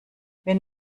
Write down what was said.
wenn